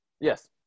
Yes